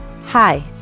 Hi